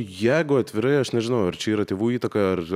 jeigu atvirai aš nežinau ar čia yra tėvų įtaka ar